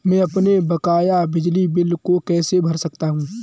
मैं अपने बकाया बिजली बिल को कैसे भर सकता हूँ?